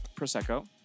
Prosecco